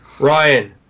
Ryan